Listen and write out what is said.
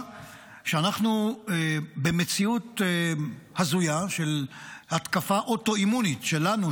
שאנחנו במציאות הזויה של התקפה אוטואימונית שלנו,